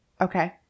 Okay